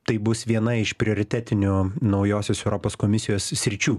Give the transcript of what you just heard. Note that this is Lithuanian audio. tai bus viena iš prioritetinių naujosios europos komisijos sričių